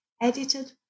edited